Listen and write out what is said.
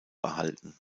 erhalten